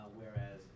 whereas